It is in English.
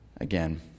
again